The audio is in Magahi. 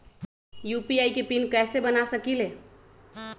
यू.पी.आई के पिन कैसे बना सकीले?